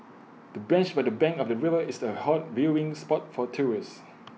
the bench by the bank of the river is the hot viewing spot for tourists